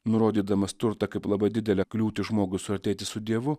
nurodydamas turtą kaip labai didelę kliūtį žmogui suartėti su dievu